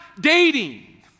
dating